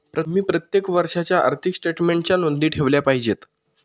तुम्ही प्रत्येक वर्षाच्या आर्थिक स्टेटमेन्टच्या नोंदी ठेवल्या पाहिजेत